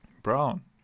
Brown